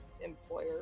employer